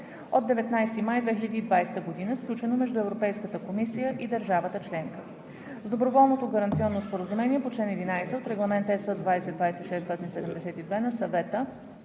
от 19 май 2020 година, сключено между Европейската комисия и държавата членка. С доброволното гаранционно споразумение по чл. 11 от Регламент (ЕС) 2020/672 на Съвета